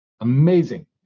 amazing